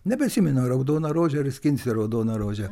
nebeatsimenu ar raudoną rožė ar skinsiu raudoną rožę